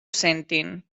sentin